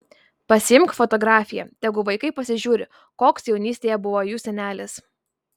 pasiimk fotografiją tegu vaikai pasižiūri koks jaunystėje buvo jų senelis